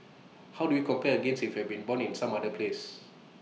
how do we compare against if you had been born in some other place